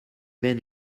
mène